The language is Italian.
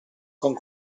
con